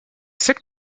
secte